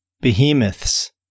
behemoths